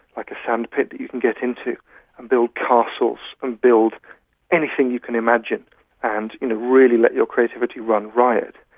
like a sandpit that you can get into and build castles and build anything you can imagine and you know really let your creativity run riot.